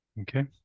Okay